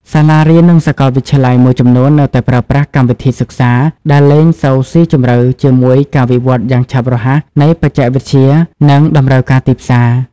សាលារៀន និងសាកលវិទ្យាល័យមួយចំនួននៅតែប្រើប្រាស់កម្មវិធីសិក្សាដែលលែងសូវស៊ីជម្រៅជាមួយការវិវត្តន៍យ៉ាងឆាប់រហ័សនៃបច្ចេកវិទ្យា និងតម្រូវការទីផ្សារ។